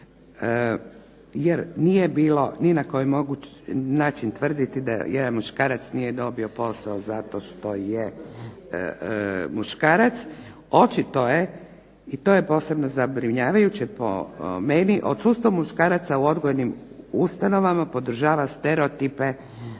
jer nije bilo ni na koji mogući način tvrditi da jedan muškarac nije dobio posao zato što je muškarac. Očito je i to je posebno zabrinjavajuće po meni, odsustvo muškaraca u odgojnim ustanovama podržava stereotipe